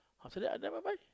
after that I never mind